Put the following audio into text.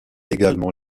également